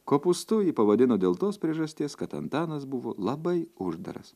kopūstu jį pavadino dėl tos priežasties kad antanas buvo labai uždaras